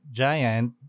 giant